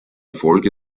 folge